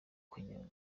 kanyanga